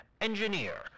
engineer